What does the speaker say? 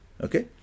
Okay